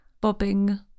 bobbing